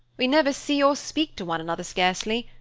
we never see or speak to one another scarcely,